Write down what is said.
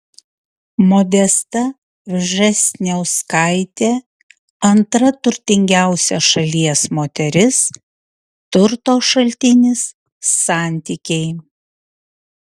modesta vžesniauskaitė antra turtingiausia šalies moteris turto šaltinis santykiai